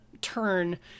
turn